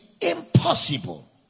impossible